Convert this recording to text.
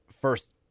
first